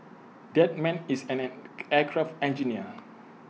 that man is an aircraft engineer